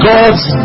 God's